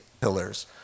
pillars